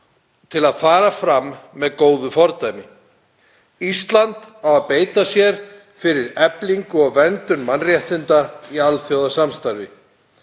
til að fara fram með góðu fordæmi. Ísland á að beita sér fyrir eflingu og verndun mannréttinda í alþjóðasamstarfi.